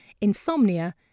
insomnia